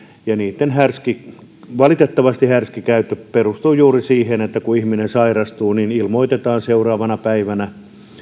ja niitten valitettavasti härski käyttö perustuu juuri siihen että kun ihminen sairastuu niin ilmoitetaan seuraavana päivänä